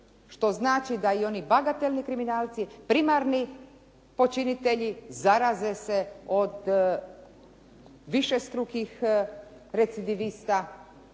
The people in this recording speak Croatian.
što znači da i oni bagatelni kriminalci primarni počinitelji zaraze se od višestrukih recidivista